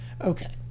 okay